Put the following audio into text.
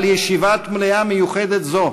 אבל ישיבת מליאה מיוחדת זו